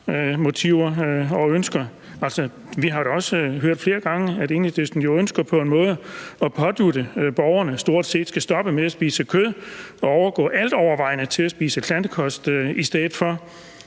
motiver og ønsker. Altså, vi har da også flere gange hørt, at Enhedslisten på en måde ønsker at pådutte borgerne, at de stort set skal stoppe med at spise kød og overgå til altovervejende at spise plantekost i stedet for.